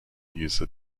user